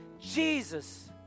Jesus